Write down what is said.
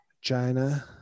China